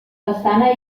façana